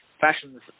fashions